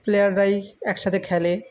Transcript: প্লেয়াররাই একসাথে খেলে